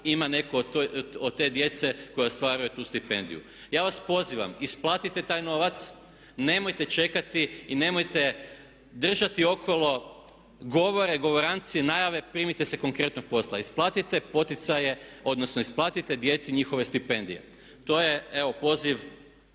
ima od te djece koja stvaraju tu stipendiju. Ja vas pozivam isplatite taj novac, nemojte čekati i nemojte držati okolo govore, govorancije, najave, primite se konkretnom posla, isplatite poticaje odnosno isplatite djeci njihove stipendije. To je evo poziv